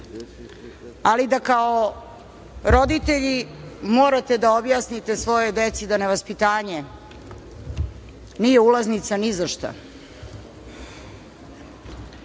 ali da kao roditelji morate da objasnite svojoj deci da nevaspitanje nije ulaznica ni za